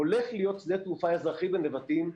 הולך להיות שדה תעופה אזרחי בנבטים,